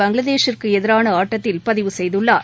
பங்களாதேஷிற்கு எதிரான ஆட்டத்தில் பதிவு செய்துள்ளார்